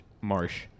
Marsh